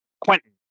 Quentin